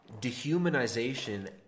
dehumanization